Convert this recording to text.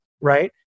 right